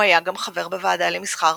הוא היה גם חבר בוועדה למסחר,